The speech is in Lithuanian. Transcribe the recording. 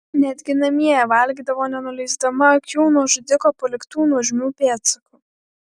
netgi namie valgydavo nenuleisdama akių nuo žudiko paliktų nuožmių pėdsakų